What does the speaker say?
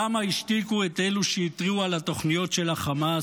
למה השתיקו את אלה שהתריעו על התוכניות של החמאס?